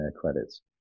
credits